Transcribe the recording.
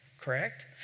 correct